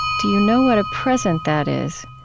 do you know what a present that is,